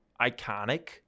iconic